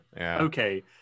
Okay